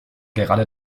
gerade